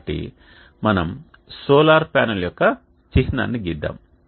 కాబట్టి మనం solar panel యొక్క చిహ్నాన్ని గీద్దాం